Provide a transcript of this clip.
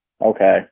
Okay